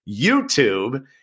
YouTube